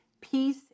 peace